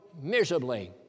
miserably